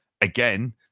again